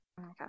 Okay